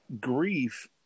Grief